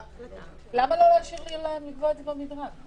--- למה לא להשאיר להם לקבוע את זה במדרג?